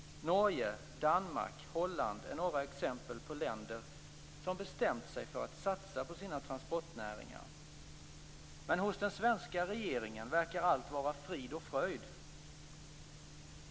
Norge, Danmark, Holland är några exempel på länder som bestämt sig för att satsa på sina transportnäringar. Men hos den svenska regeringen verkar allt vara frid och fröjd.